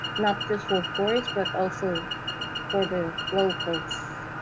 not just for tourist but also for the locals.